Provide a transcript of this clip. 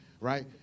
Right